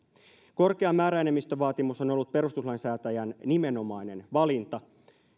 korkea määräenemmistövaatimus on ollut perustuslain säätäjän nimenomainen valinta